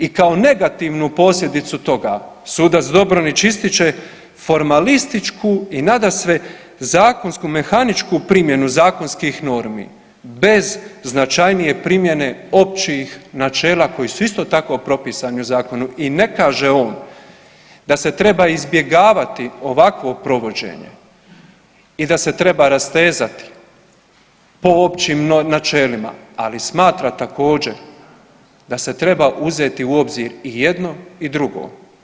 I kao negativnu posljedicu toga sudac Dobronić ističe formalističku i nadasve zakonsku mehaničku primjenu zakonskih normi bez značajnije primjene općih načela koji su isto tako propisani u zakonu i ne kaže on da se treba izbjegavati ovakvo provođenje i da se treba rastezati po općim načelima, ali smatra također da se treba uzeti u obzir i jedno i drugo.